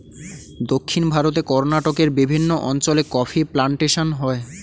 দক্ষিণ ভারতে কর্ণাটকের বিভিন্ন অঞ্চলে কফি প্লান্টেশন হয়